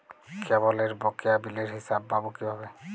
কেবলের বকেয়া বিলের হিসাব পাব কিভাবে?